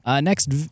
next